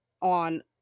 on